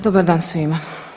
Dobar dan svima.